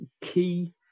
key